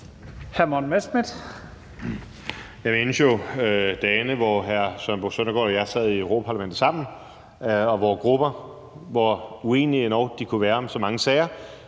Jeg mindes jo dagene, hvor hr. Søren Søndergaard og jeg sad i Europa-Parlamentet sammen, og vore grupper, hvor uenige de end kunne være om så mange sager,